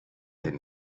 den